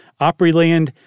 Opryland